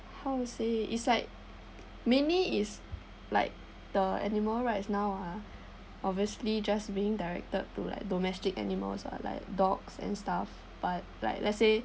how to say it's like mainly is like the animal right now ah obviously just being directed to like domestic animals ah like dogs and stuff but like let's say